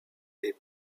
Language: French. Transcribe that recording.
est